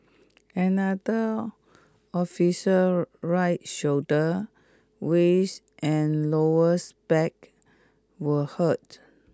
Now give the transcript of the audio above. another officer's right shoulder waist and lowers back were hurt